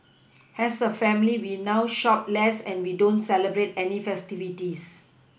has a family we now shop less and we don't celebrate any festivities